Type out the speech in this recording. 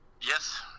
yes